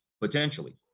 potentially